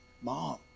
mom